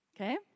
okay